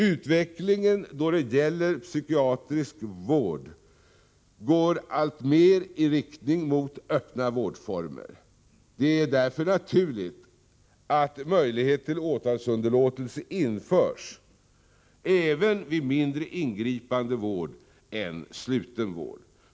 Utvecklingen då det gäller psykiatrisk vård går alltmer i riktning mot öppna vårdformer. Det är därför naturligt att möjlighet till åtalsunderlåtelse införs även vid mindre ingripande vård än sluten vård.